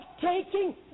taking